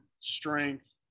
strength